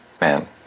Man